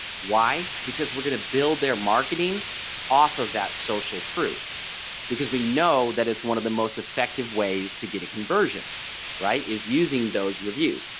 why. because we're going to build their marketing off of that social proof because we know that it's one of the most effective ways to get a conversion right is using those reviews.